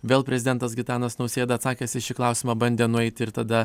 vėl prezidentas gitanas nausėda atsakęs į šį klausimą bandė nueiti ir tada